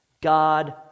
God